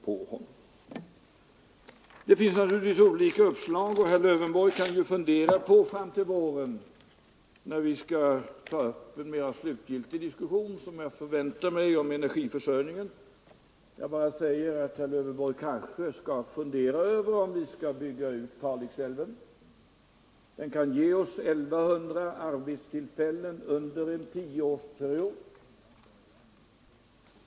Det finns naturligtvis olika uppslag, och herr Lövenborg kan ju fram till våren — när jag förväntar mig att vi skall ta upp en mera slutgiltig diskussion om energiförsörjningen — fundera på om vi inte skall bygga ut Kalixälven. En sådan utbyggnad kan ge 1 100 arbetstillfällen under en tioårsperiod.